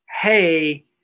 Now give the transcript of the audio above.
hey